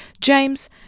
James